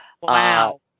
Wow